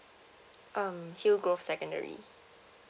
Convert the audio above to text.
um hilgrove secondary